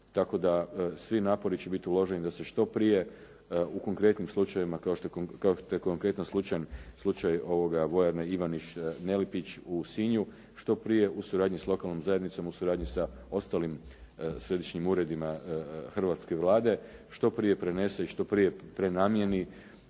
tako da svi napori će biti uloženi da se što prije u konkretnim slučajevima, kao što je konkretan slučaj vojarne Ivaniš Nelipić u Sinju, što prije u suradnji s lokalnom zajednicom, u suradnji sa ostalim središnjim uredima hrvatske Vlade, što prije prenese i što prije prenamjeni.